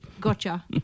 Gotcha